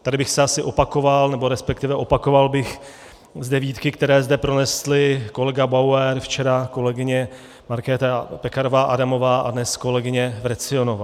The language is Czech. Tady bych se asi opakoval, resp. opakoval bych výtky, které zde pronesli kolega Bauer, včera kolegyně Markéta Pekarová Adamová a dnes kolegyně Vrecionová.